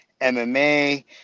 MMA